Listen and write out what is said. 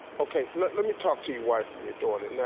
ok, let let me talk to your wife and your daughter. now,